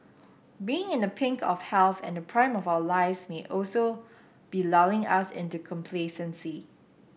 being in the pink of health and the prime of our lives may also be lulling us into complacency